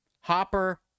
Hopper